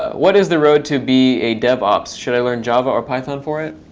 what is the road to be a dev ops? should i learn java or python for it?